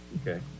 Okay